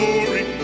Glory